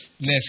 Less